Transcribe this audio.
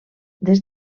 des